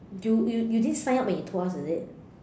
you you you didn't sign up when you told us is it